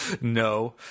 No